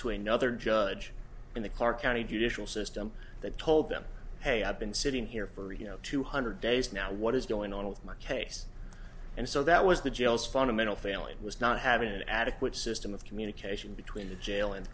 to another judge in the clark county judicial system that told them hey i've been sitting here for you know two hundred days now what is going on with my case and so that was the jails fundamental failing was not having an adequate system of communication between the jail and